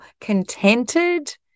contented